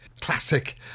classic